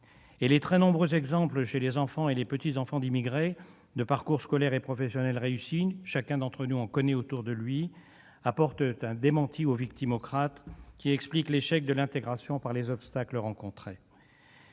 Et les très nombreux exemples chez les enfants et les petits-enfants d'immigrés aux parcours scolaires et professionnels réussis- chacun d'entre nous en connaît autour de lui -apportent un démenti aux victimocrates, qui expliquent l'échec de l'intégration par les obstacles rencontrés.